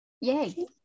Yay